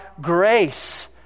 grace